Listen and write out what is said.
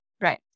Right